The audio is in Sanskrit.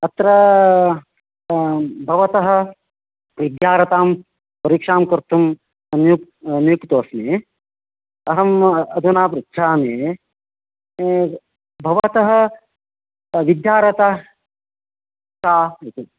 अत्र भवतः विद्यारतां परीक्षां कर्तुं नियुक्तोस्मि अहम् अधुना पृच्छामि भवतः विद्यार्हता का इति